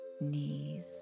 knees